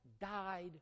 died